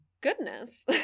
goodness